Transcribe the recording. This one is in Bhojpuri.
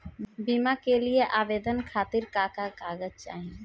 बीमा के लिए आवेदन खातिर का का कागज चाहि?